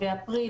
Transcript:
באפריל,